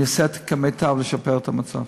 אני אעשה את המיטב כדי לשפר את המצב.